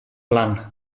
blanc